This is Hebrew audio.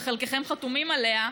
וחלקכם חתומים עליה,